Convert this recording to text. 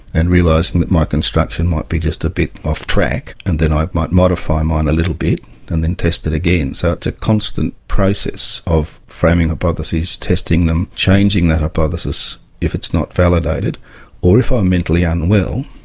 and realising that my construction might be just a bit off-track, and then i might modify mine a little bit and then test it again. so it's a constant process of framing hypotheses, testing them, changing the hypothesis if it's not validated or, if i'm mentally unwell,